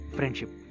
Friendship